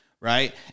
right